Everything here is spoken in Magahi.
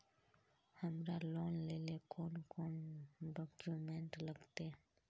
हमरा लोन लेले कौन कौन डॉक्यूमेंट लगते?